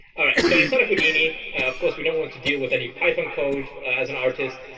right, so inside of houdini, of course, we don't want to deal with any python code as an artist.